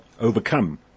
overcome